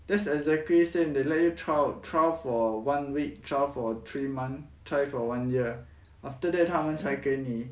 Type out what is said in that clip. that's exactly same they let you trial trial for one week trial for three month try for one year after that 他们才给你